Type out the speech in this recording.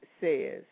says